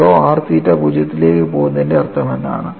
tau r തീറ്റ 0 ലേക്ക് പോകുന്നതിന്റെ അർത്ഥമെന്താണ്